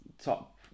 top